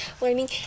learning